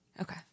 Okay